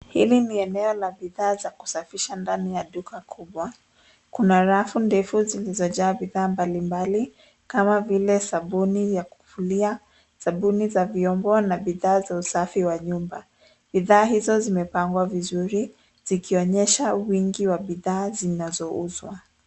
Hili ni eneo la bidhaa za kusafisha ndani ya duka kubwa. Kuna rafu ndefu zilizojaa bidhaa mbalimbali kama vile sabuni ya kufulia, sabuni za vyombo na bidhaa za usafi wa nyumba. Bidhaa hizo zimepangwa vizuri zikionyesha wingi wa bidhaa zinazouzwa.